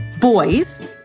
boys